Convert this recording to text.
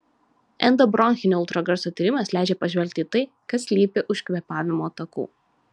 endobronchinio ultragarso tyrimas leidžia pažvelgti į tai kas slypi už kvėpavimo takų